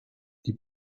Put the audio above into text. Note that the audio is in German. die